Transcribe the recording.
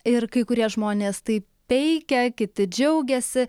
ir kai kurie žmonės tai peikia kiti džiaugiasi